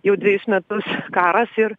jau dvejus metus karas ir